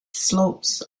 slopes